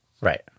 Right